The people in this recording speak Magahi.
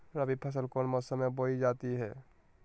रबी फसल कौन मौसम में बोई जाती है?